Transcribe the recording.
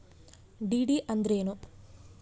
DD ಅಂದ್ರೇನು?